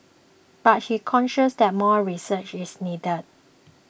but he cautions that more research is needed